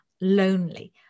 lonely